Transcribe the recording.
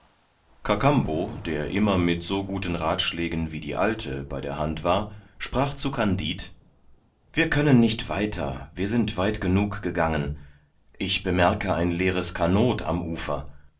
kakambo der immer mit so guten rathschlägen wie die alte bei der hand war sprach zu kandid wir können nicht weiter wir sind weit genug gegangen ich bemerke ein leeres kanot am ufer